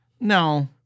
No